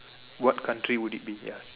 what country would it be ya